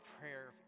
prayer